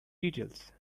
details